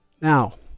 Now